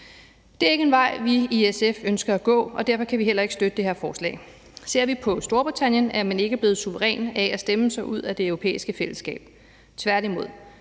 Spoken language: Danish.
Det er ikke en vej, vi i SF ønsker at gå, og derfor kan vi heller ikke støtte det her forslag. Ser vi på Storbritannien, er man ikke blevet suveræn af at stemme sig ud af Det Europæiske Fællesskab, tværtimod.